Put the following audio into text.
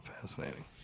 Fascinating